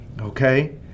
okay